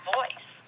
voice